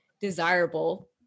desirable